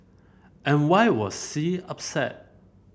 and why was C upset